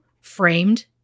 framed